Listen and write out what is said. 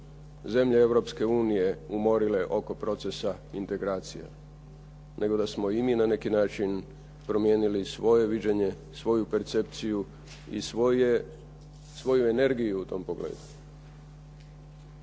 zemlje Europske unije umorile oko procesa integracije, nego da smo i mi na neki način promijenili svoje viđenje, svoju percepciju i svoju energiju u tom pogledu.